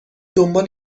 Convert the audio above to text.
دنبال